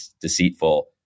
deceitful